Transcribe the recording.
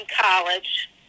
college